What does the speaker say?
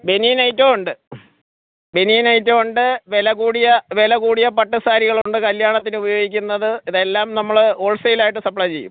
ബനിയൻ ഐറ്റവും ഉണ്ട് ബനിയൻ ഏറ്റവും ഉണ്ട് വില കൂടിയ വില കൂടിയ പട്ട് സാരികളുണ്ട് കല്യാണത്തിനുപയോഗിക്കുന്നത് ഇതെല്ലാം നമ്മൾ ഹോള് സെയിലായിട്ട് സപ്ലേ ചെയ്യും